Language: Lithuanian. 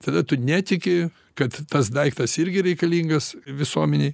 tada tu netiki kad tas daiktas irgi reikalingas visuomenei